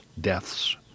deaths